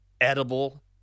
edible